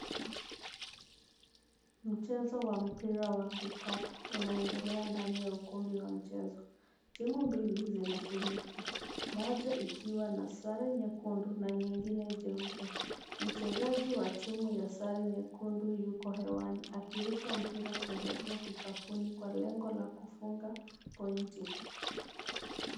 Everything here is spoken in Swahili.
Mchezo wa mpira wa kikapu unaendelea ndani ya ukumbi wa michezo. Timu mbili zinashiriki, moja ikiwa na sare nyekundu na nyingine jeupe. Mchezaji wa timu ya sare nyekundu yuko hewani akirusha mpira kuelekea kikapuni kwa lengo la kufunga point .